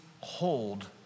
hold